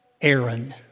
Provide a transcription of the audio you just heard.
Aaron